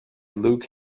luke